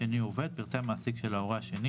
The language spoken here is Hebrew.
עובד - פרטי המעסיק של ההורה השני: